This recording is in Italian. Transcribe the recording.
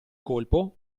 colpo